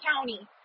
county